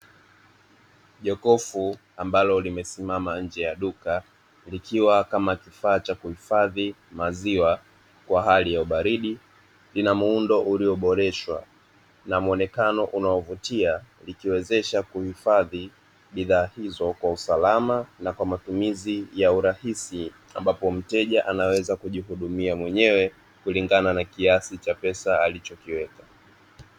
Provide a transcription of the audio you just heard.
Jokofu ambalo limesimama nje ya duka likiwa kama kifaa cha kuhifadhi maziwa, kwa hali ya ubaridi lina muundo ulioboreshwa na muonekano unaovutia, ikiwezesha kuhifadhi bidhaa hizo kwa usalama na kwa matumizi ya urahisi, ambapo mteja anaweza kujihudumia mwenyewe kulingana na kiasi cha pesa alichokiweka.